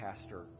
pastor